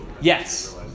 Yes